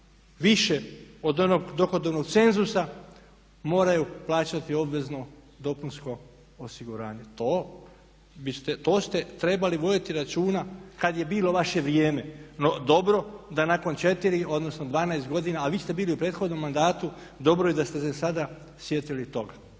dohodovnog cenzusa moraju plaćati obvezno dopunsko osiguranje. To ste trebali voditi računa kad je bilo vaše vrijeme. No, dobro da nakon četiri, odnosno 12 godina, a vi ste bili u prethodnom mandatu, dobro je da ste se sada sjetili toga.